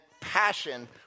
passion